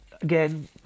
again